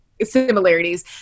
similarities